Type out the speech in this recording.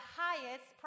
highest